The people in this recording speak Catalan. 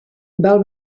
val